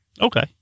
okay